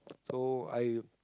so I